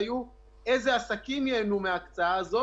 איך מצפים מהן להתמודד עם המצב הזה?